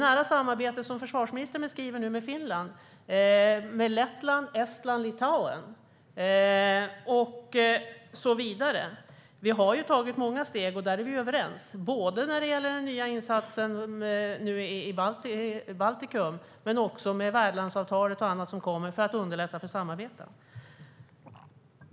Försvarsministern beskriver nu det nära samarbetet med Finland, Lettland, Estland, Litauen och så vidare. Vi har tagit många steg. Och vi är överens när det gäller den nya insatsen i Baltikum men också när det gäller värdlandsavtalet och annat som kommer för att underlätta samarbete.